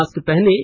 mask पहनें